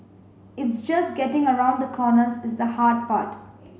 it's just getting around the corners is the hard part